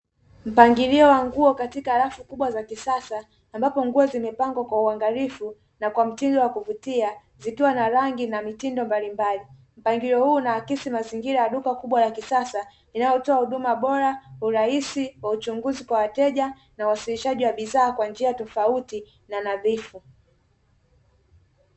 Mpangilio wa nguo katika rafu kubwa za kisasa ambapo nguo zimepangwa kwa uangalifu na kwa mtindo wa kuvutia, zikiwa na rangi na mitindo mbalimbali mpangilio huu na unaakisi mazingira ya duka kubwa la kisasa; inayotoa huduma bora urahisi wa uchunguzi kwa wateja na wasilishaji wa bidhaa kwa njia tofauti na nadhifu.